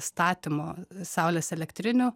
statymo saulės elektrinių